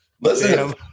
Listen